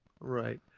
Right